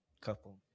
couple